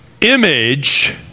Image